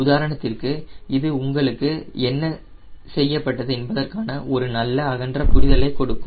உதாரணத்திற்கு இது உங்களுக்கு என்ன செய்யப்பட்டது என்பதற்கான ஒரு நல்ல அகன்ற புரிதலை கொடுக்கும்